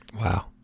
Wow